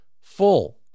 full